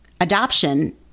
Adoption